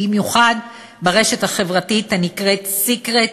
במיוחד ברשת החברתית הנקראת "סיקרט",